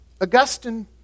Augustine